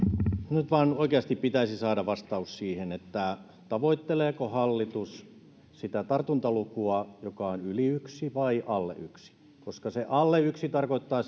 nyt vain oikeasti pitäisi saada vastaus siihen tavoitteleeko hallitus tartuntalukua joka on yli yksi vai joka on alle yksi koska se alle yksi tarkoittaa